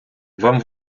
вам